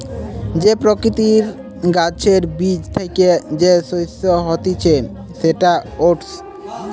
যে প্রকৃতির গাছের বীজ থ্যাকে যে শস্য হতিছে সেটা ওটস